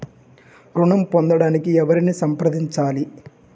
ఋణం పొందటానికి ఎవరిని సంప్రదించాలి?